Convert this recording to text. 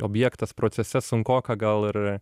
objektas procese sunkoka gal ir